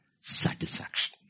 satisfaction